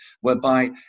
whereby